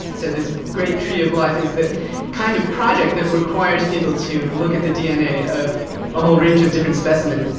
so that great tree of life is the kind of project that requires people to look at the dna of a whole range of different specimen.